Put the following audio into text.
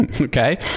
Okay